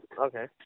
Okay